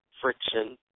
friction